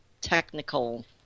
technical